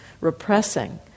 repressing